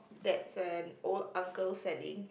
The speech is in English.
that's an old uncle selling